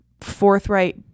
forthright